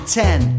ten